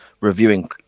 reviewing